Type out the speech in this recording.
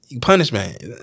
Punishment